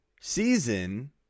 season